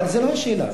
אבל זאת לא השאלה,